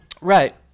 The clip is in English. Right